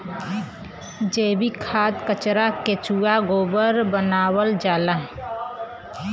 जैविक खाद कचरा केचुआ गोबर क बनावल जाला